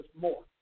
more